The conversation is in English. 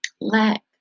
lack